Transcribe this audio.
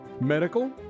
medical